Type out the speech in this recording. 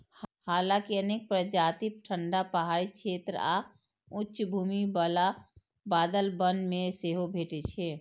हालांकि अनेक प्रजाति ठंढा पहाड़ी क्षेत्र आ उच्च भूमि बला बादल वन मे सेहो भेटै छै